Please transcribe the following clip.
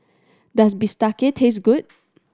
does bistake taste good